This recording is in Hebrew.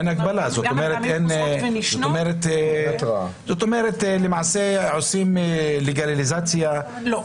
זאת אומרת למעשה עושים לגליזציה --- לא,